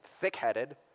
thick-headed